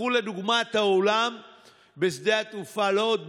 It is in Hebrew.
קחו לדוגמה את האולם בשדה התעופה לוד,